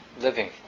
living